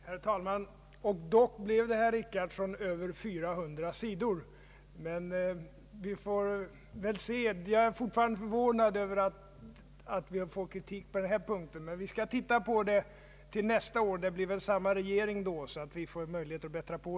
Herr talman! Och dock blev det, herr Richardson, en huvudtitel på över 400 sidor. Jag är fortfarande förvånad över att vi får kritik på den här punkten, men vi skall tänka på saken till nästa år — det blir väl samma regering då — och se om vi kan bättra oss.